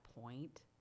point